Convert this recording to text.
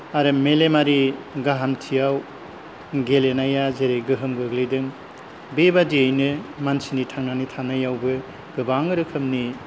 आरो मेलेमारि गाहामथियाव गेलेनाया जेरै गोहोम गोग्लैदों बेबादियैनो मानसिनि थांनानै थानायावबो गोबां रोखोमनि